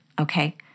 Okay